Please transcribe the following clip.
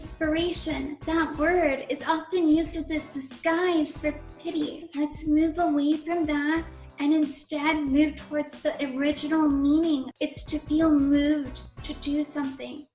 inspiration, that word is often used as a disguise for pity. let's move away from that and instead move toward the original meaning. it's to feel moved to do something.